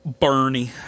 Bernie